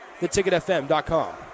theticketfm.com